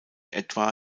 etwa